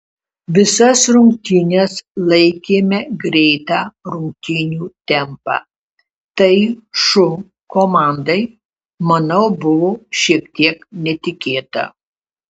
visas rungtynes laikėme greitą rungtynių tempą tai šu komandai manau buvo šiek tiek netikėta